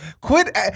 Quit